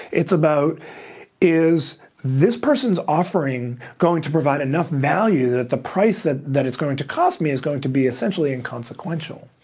it's about is this person's offering going to provide enough value that the price that that it's going to cost me is going to be essentially inconsequential.